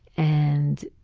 and